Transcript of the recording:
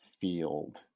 field